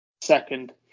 Second